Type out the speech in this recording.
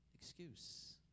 excuse